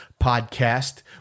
podcast